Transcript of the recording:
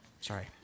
Sorry